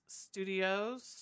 Studios